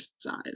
size